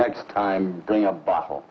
next time doing a bottle